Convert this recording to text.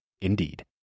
Indeed